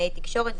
קלינאי תקשורת,